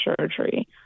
surgery